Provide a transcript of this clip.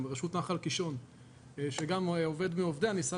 רשות נחל קישון שגם עובד מעובדיה ניסה